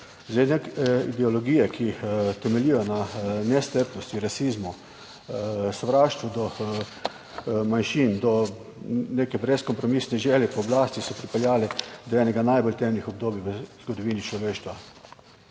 Zdaj ideologije, ki temeljijo na nestrpnosti, rasizmu, sovraštvu do manjšin, do neke brezkompromisne želje po oblasti, so pripeljale do enega najbolj temnih obdobij v zgodovini človeštva,